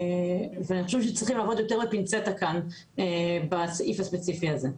ואני חושבת שצריכים לעבוד יותר בפינצטה כאן בסעיף הספציפי הזה.